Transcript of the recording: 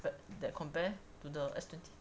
but that compare to the S twenty